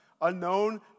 unknown